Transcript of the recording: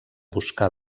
buscar